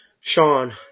Sean